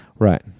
Right